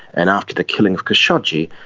and after the killing of khashoggi,